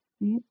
right